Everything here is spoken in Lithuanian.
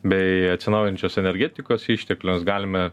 bei atsinaujinančios energetikos išteklius galime